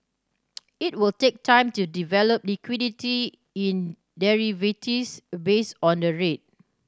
it will take time to develop liquidity in derivatives based on the rate